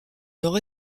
nord